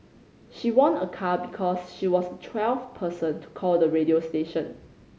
she won a car because she was twelfth person to call the radio station